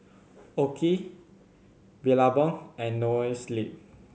OKI Billabong and Noa Sleep